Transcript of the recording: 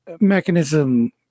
mechanism